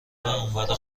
اونورا